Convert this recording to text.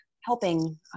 helping